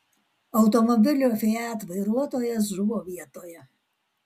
automobilio fiat vairuotojas žuvo vietoje